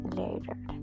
later